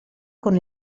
con